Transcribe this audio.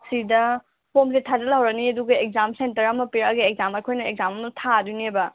ꯁꯤꯗ ꯐꯣꯝꯁꯦ ꯊꯥꯖꯤꯜꯍꯧꯔꯅꯤ ꯑꯗꯨꯒ ꯑꯦꯛꯖꯥꯝ ꯁꯦꯟꯇꯔ ꯑꯃ ꯄꯤꯔꯛꯑꯒ ꯑꯦꯛꯖꯥꯝ ꯑꯩꯈꯣꯏꯅ ꯑꯦꯛꯖꯥꯝ ꯑꯃ ꯊꯥꯗꯣꯏꯅꯦꯕ